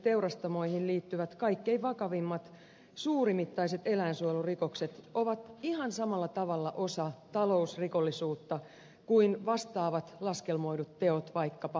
teurastamoihin liittyvät kaikkein vakavimmat suurimittaiset eläinsuojelurikokset ovat ihan samalla tavalla osa talousrikollisuutta kuin vastaavat laskelmoidut teot vaikkapa rakennustyömailla